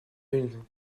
une